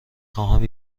خواهم